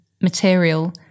material